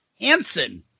Hansen